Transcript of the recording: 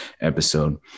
episode